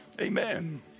amen